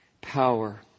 power